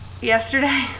yesterday